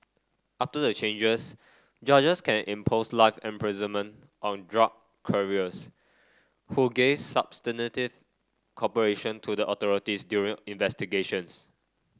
after the changes judges can impose life imprisonment on drug couriers who gave substantive cooperation to the authorities during investigations